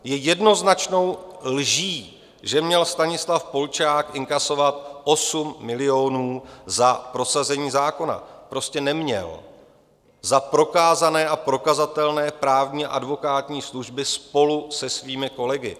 Je jednoznačnou lží, že měl Stanislav Polčák inkasovat 8 milionů za prosazení zákona, prostě neměl, za prokázané a prokazatelné právní a advokátní služby spolu se svými kolegy.